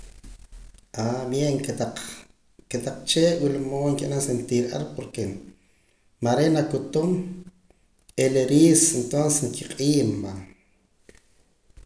bien kotaq kotaq chee' wula mood nkib'an sentir ar porque mareen nakutuum n'ila riis entonces kiq'iim.